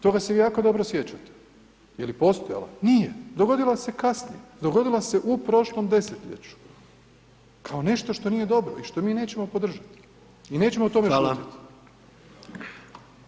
Toga se vi jako dobro sjećate, je li postojala, nije, dogodila se kasnije, dogodila se u prošlom desetljeću, kao nešto što nije dobro i što mi nećemo podržati [[Upadica: Hvala.]] i nećemo o tome šutjeti.